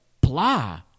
blah